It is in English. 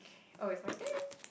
oh it's my turn